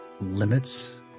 limits